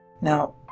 now